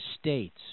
States